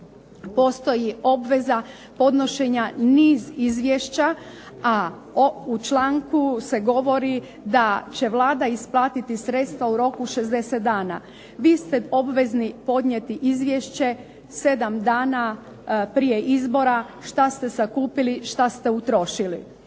postoji obveza podnošenja niz izvješća, a u članku se govori da će Vlada isplatiti sredstva u roku od 60 dana. Vi ste obvezni podnijeti izvješće 7 dana prije izbora šta ste sakupili, šta ste utrošili.